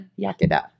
Yakida